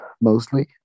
mostly